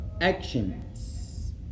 actions